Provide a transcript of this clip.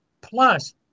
Plus